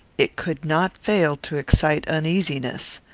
it could not fail to excite uneasiness.